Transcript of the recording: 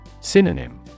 Synonym